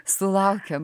sulaukėm pavasario